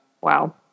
Wow